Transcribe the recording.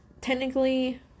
Technically